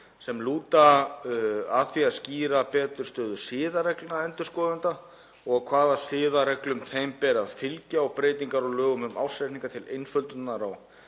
sem lúta að því að skýra betur stöðu siðareglna endurskoðenda og hvaða siðareglum þeim beri að fylgja og breytingar á lögum um ársreikninga til einföldunar á